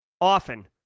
often